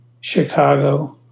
Chicago